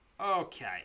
Okay